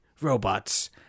robots